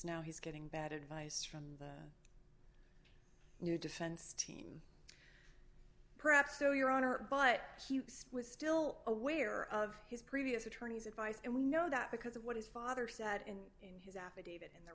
now he's getting bad advice from the new defense team perhaps so your honor but he was still aware of his previous attorney's advice and we know that because of what his father said and in his affidavit right the